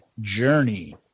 journey